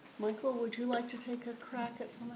michael, would you like to take a crack at